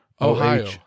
Ohio